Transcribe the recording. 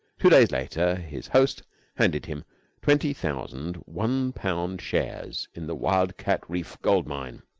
two days later his host handed him twenty thousand one-pound shares in the wildcat reef gold-mine.